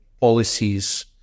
policies